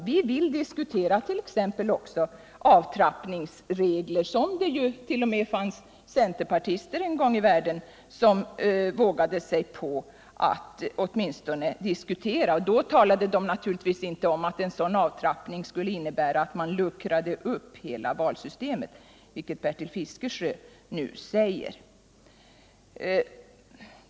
Vi vill t.ex. också dryfta avtrappningsregler, som det ju en gång i världen t.o.m. fanns centerpartister som vågade sig på att åtminstone diskutera — då talade de naturligtvis inte om att en sådan avtrappning skulle innebära att man luckrade upp hela valsystemet, vilket Bertil Fiskesjö nu säger.